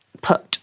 put